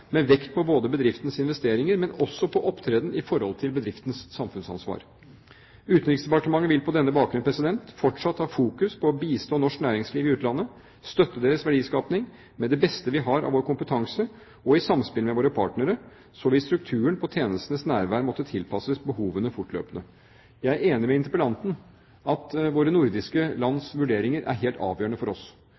med vekt på bedriftens investeringer, men også på opptreden i forhold til bedriftens samfunnsansvar. Utenriksdepartementet vil på denne bakgrunn fortsatt ha fokus på å bistå norsk næringsliv i utlandet – støtte deres verdiskaping med det beste vi har av vår kompetanse og i samspill med våre partnere. Så vil strukturen på tjenestens nærvær måtte tilpasses behovene fortløpende. Jeg er enig med interpellanten i at våre nordiske lands vurderinger er helt avgjørende for oss.